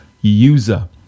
user